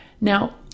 Now